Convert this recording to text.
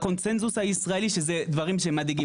נראה שאם בקונצנזוס הישראלי שזה דברים שמדאיגים.